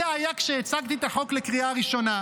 זה היה כשהצגתי את החוק לקריאה ראשונה,